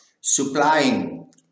supplying